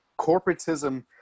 corporatism